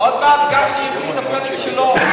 עוד מעט גפני יוציא את הפתק שלו.